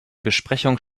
besprechungen